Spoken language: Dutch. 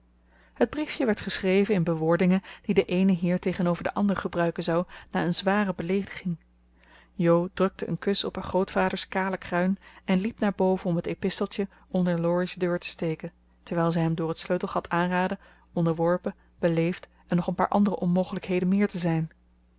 het briefje werd geschreven in bewoordingen die de eene heer tegenover den anderen gebruiken zou na eene zware beleediging jo drukte een kus op grootvaders kale kruin en liep naar boven om het episteltje onder laurie's deur te steken terwijl ze hem door het sleutelgat aanraadde onderworpen beleefd en nog een paar andere onmogelijkheden meer te zijn